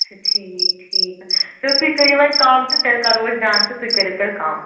اَچھا ٹھیٖک ٹھیٖک چلو تُہۍ کٔرِو وۅنۍ کَم تہٕ تیٚلہِ کَرو أسۍ ڈَن تہٕ تُہۍ کٔرِو تیٚلہِ کَم